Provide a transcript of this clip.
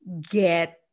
get